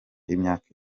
imyaka